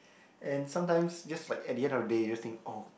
and sometimes just like at the end of the day you just think oh